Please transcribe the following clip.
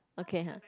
okay ha